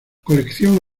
colección